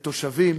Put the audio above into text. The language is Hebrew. לתושבים